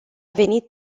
venit